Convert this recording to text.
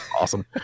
awesome